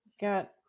got